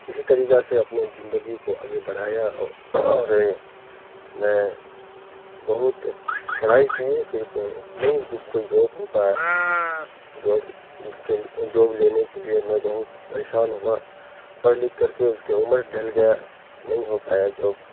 اسی طریقہ سے اپنے زندگی کو آگے بڑھایا اور اور میں بہت پڑھائی کیے پھر نہیں کوئی جاب ہو پایا جاب کے جاب لینے کے لیے میں بہت پریشان ہوا پڑھ لکھ کر کے اس کے عمر ڈھل گیا نہیں ہو پایا جاب